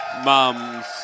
Mums